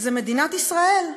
זה מדינת ישראל.